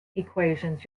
equations